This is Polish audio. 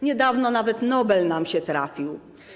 Niedawno nawet Nobel nam się trafił.